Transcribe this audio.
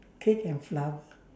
cake and flower